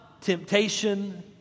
temptation